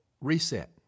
reset